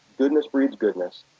goodness breeds goodness.